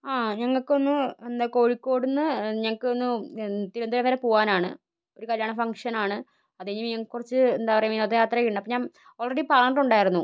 ആ ഞങ്ങക്കൊന്ന് എന്താ കോഴിക്കോട്ന്ന് ഞങ്ങക്കൊന്ന് തിരുവനന്തപുരം വരെ പോകാനാണ് ഒരു കല്യാണ ഫംഗ്ഷനാണ് അത് കഴിഞ്ഞ് ഞങ്ങൾക്ക് കുറച്ച് എന്താ പറയുക വിനോദയാത്ര ഉണ്ട് അപ്പം ഞാൻ ഓൾറെഡി പറഞ്ഞിട്ടുണ്ടായിരുന്നു